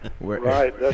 right